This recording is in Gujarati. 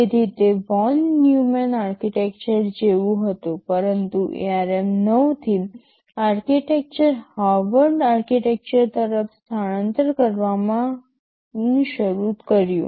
તેથી તે વોન ન્યુમેન આર્કિટેક્ચર જેવું હતું પરંતુ ARM 9 થી આર્કિટેક્ચર હાર્વર્ડ આર્કિટેક્ચર તરફ સ્થળાંતર કરવાનું શરૂ કર્યું